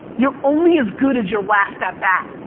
you're only as good as your last at bat.